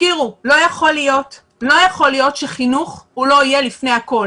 לא יכול להיות שחינוך לא יהיה לפני הכול